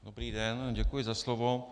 Dobrý den, děkuji za slovo.